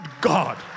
God